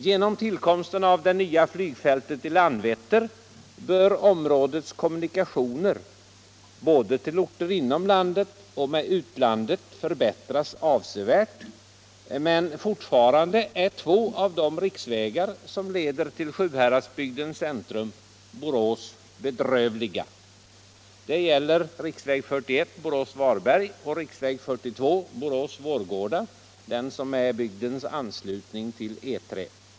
Genom tillkomsten av det nya flygfältet i Landvetter bör områdets kommunikationer både till orter inom landet och till utlandet förbättras avsevärt. Men fortfarande är två av de riksvägar som leder till Sjuhäradsbygdens centrum, Borås, bedrövliga. Det gäller riksväg 41. Borås — Varberg, och riksväg 42, Borås — Vårgårda, som är bygdens anslutning till E 3.